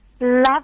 love